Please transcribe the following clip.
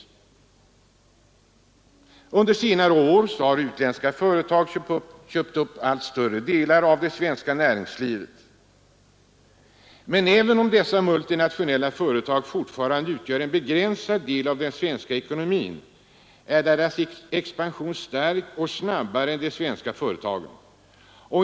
Under senare år har utländska företag köpt upp allt större delar av det svenska näringslivet. Även om dessa multinationella företag fortfarande utgör en begränsad del av den svenska ekonomin är deras expansion stark och snabbare än de svenska företagens.